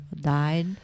died